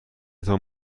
تان